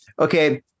Okay